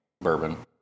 bourbon